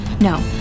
No